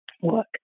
work